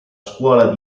scuola